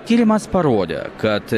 tyrimas parodė kad